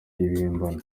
ibihimbano